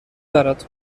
برات